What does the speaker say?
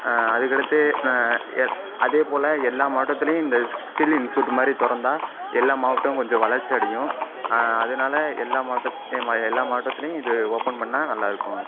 அதுக்கடுத்து நான் அதேபோல் எல்லா மாவட்டத்துலேயும் இந்த ஸ்கில் இன்ஸ்ட்யூட் மாதிரி திறந்தா எல்லா மாவட்டமும் கொஞ்ச வளர்ச்சியடையும் அதனால் எல்லா மாவட்ட எல்லா மாவட்டத்துலேயும் இது ஓப்பன் பண்ணால் நல்லாயிருக்கும்